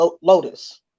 Lotus